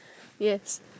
yes